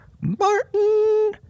Martin